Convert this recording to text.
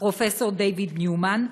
פרופ' דיויד ניומן,